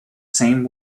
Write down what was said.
same